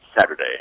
Saturday